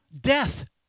death